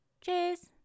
cheers